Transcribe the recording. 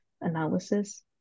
analysis